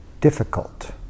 difficult